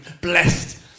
blessed